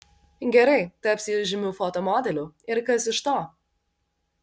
gerai taps ji žymiu fotomodeliu ir kas iš to